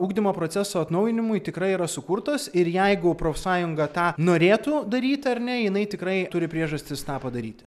ugdymo proceso atnaujinimui tikrai yra sukurtos ir jeigu profsąjunga tą norėtų daryti ar ne jinai tikrai turi priežastis tą padaryti